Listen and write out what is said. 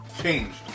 Changed